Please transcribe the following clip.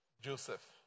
Joseph